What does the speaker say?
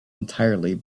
entirely